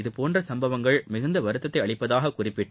இதுபோன்ற சும்பவங்கள் மிகுந்த வருத்தத்தை அளிப்பதாக குறிப்பிட்டு